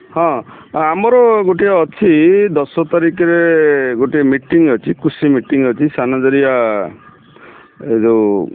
ହଁ ଆମର ଗୋଟିଏ ଅଛି ଦଶ ତାରିଖରେ ଗୋଟିଏ ମିଟିଂ ଅଛି କୃଷି ମିଟିଂ ଅଛି ସାନ ଜରିଆ ଏ ଯେଉଁ